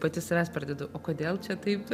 pati savęs pridedu o kodėl čia taip